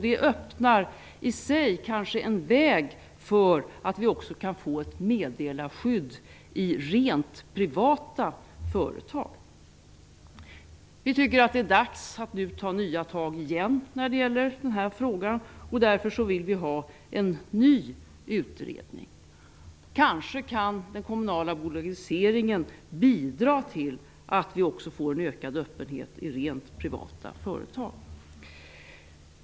Det öppnar i sig kanske en väg så att vi också kan få ett meddelarskydd i rent privata företag. Vi tycker att det nu är dags att åter ta nya tag i den här frågan. Därför vill vi ha en ny utredning. Den kommunala bolagiseringen kanske kan bidra till att vi också får en ökad öppenhet i rent privata företag.